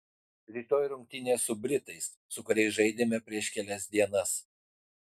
rytoj rungtynės su britais su kuriais žaidėme prieš kelias dienas